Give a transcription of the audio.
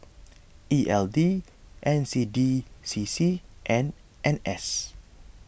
E L D N C D C C and N S